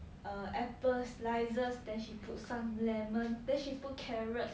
err apple slices then she put some lemon then she put carrot